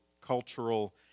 cultural